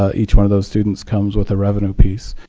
ah each one of those students comes with a revenue piece.